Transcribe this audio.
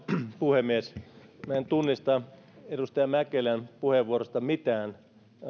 puhemies minä en tunnista edustaja mäkelän puheenvuorosta mitään